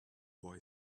boy